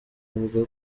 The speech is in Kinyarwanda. avuga